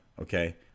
okay